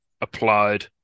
applied